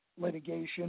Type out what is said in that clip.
litigation